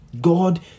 God